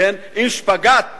עם שפגאט,